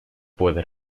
puede